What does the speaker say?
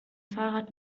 fahrrad